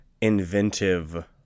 inventive